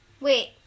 Wait